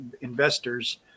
investors